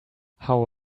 how